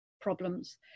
problems